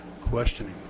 questioning